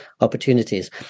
opportunities